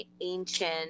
ancient